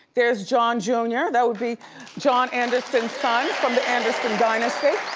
there's john jr, that would be john anderson's son, from the anderson dynasty.